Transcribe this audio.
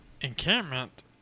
encampment